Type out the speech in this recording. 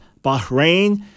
Bahrain